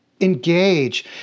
engage